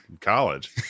college